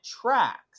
tracks